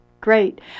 Great